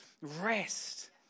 rest